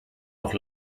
noch